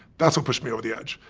that's what pushed me over the edge.